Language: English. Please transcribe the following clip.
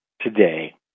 today